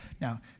Now